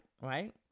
right